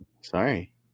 Sorry